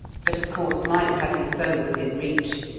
but, of course, might have his bow within reach,